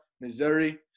Missouri –